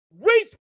reach